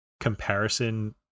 comparison